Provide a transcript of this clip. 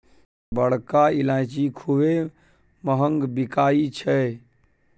बड़का ईलाइची खूबे महँग बिकाई छै